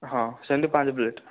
ହଁ ସେମିତି ପାଞ୍ଚ ପ୍ଲେଟ୍